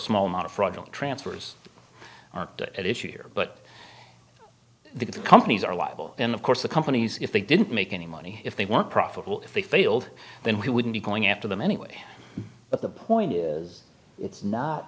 small amount of fraudulent transfers are at issue here but the companies are liable and of course the company's if they didn't make any money if they want profitable if they failed then we wouldn't be going after them anyway but the point is it's not